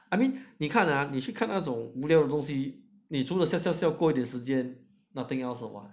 I mean 你看着你去看那种无聊的东西你除了笑笑笑过段时间 nothing else